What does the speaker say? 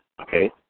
okay